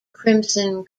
crimson